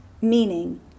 meaning